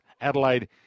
Adelaide